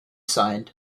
signed